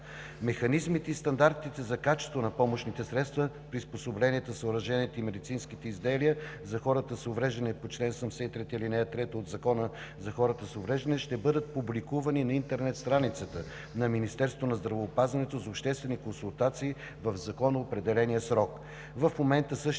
Механизмите и стандартите за качеството на помощните средства, приспособленията, съоръженията и медицинските изделия за хората с увреждания по чл. 73, ал. 3 от Закона за хората с увреждания ще бъдат публикувани на интернет страницата на Министерството на здравеопазването за обществени консултации в законоопределения срок. В момента същите